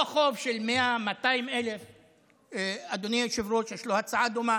לא חוב של 100,000 או 200,000. לאדוני היושב-ראש יש הצעה דומה.